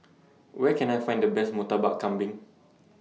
Where Can I Find The Best Murtabak Kambing